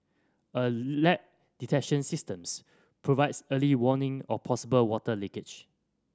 a leak detection systems provides early warning of possible water leakage